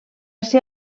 ser